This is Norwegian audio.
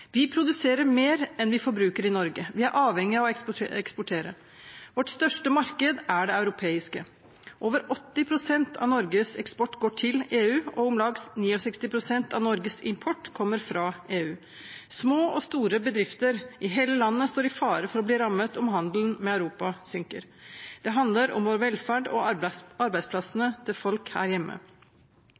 Vi produserer mer enn vi forbruker i Norge. Vi er avhengige av å eksportere, og vårt største marked er det europeiske. Over 80 pst. av Norges eksport går til EU, og om lag 69 pst. av Norges import kommer fra EU. Små og store bedrifter i hele landet står i fare for å bli rammet om handelen med Europa synker. Det handler om vår velferd og om arbeidsplassene til folk her hjemme.